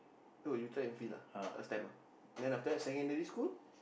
no you track and field ah last time ah then after that secondary school